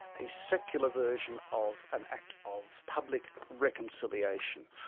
a secular version of an act of public reconciliation.